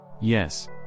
Yes